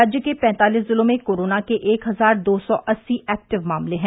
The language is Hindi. राज्य के पैंतालीस जिलों में कोरोना के एक हजार दो सौ अस्सी एक्टिव मामले हैं